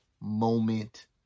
moment